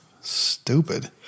Stupid